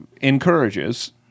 encourages